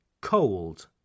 Cold